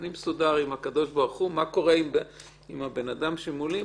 אני מסודר עם הקב"ה, מה קורה עם הבן אדם שמולי?